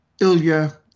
Ilya